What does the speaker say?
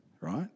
right